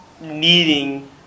needing